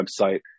website